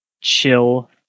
chill